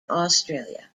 australia